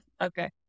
Okay